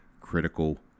critical